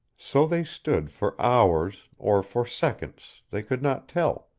so they stood for hours or for seconds, they could not tell,